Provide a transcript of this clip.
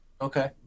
Okay